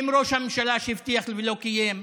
עם ראש הממשלה, שהבטיח ולא קיים.